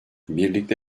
birlikte